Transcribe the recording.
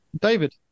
David